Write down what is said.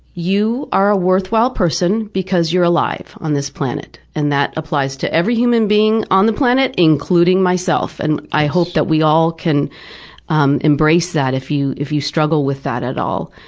you are a worthwhile person because you're alive on this planet, and that applies to every human being on the planet, including myself. and i hope that we all can um embrace that if you if you struggle with that at all,